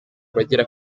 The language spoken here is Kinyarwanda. abagera